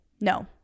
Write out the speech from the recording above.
No